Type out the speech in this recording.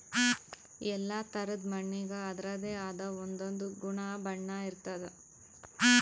ಎಲ್ಲಾ ಥರಾದ್ ಮಣ್ಣಿಗ್ ಅದರದೇ ಆದ್ ಒಂದೊಂದ್ ಗುಣ ಬಣ್ಣ ಇರ್ತದ್